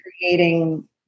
creating